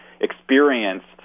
experienced